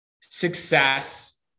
success